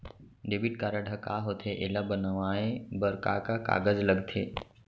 Debit card ह का होथे एला बनवाए बर का का कागज लगथे?